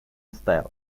style